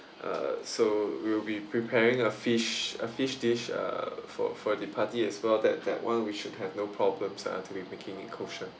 uh so we'll be preparingg a fish a fish dish uh for for the party as well that that one we should have no problems uh to be making kosher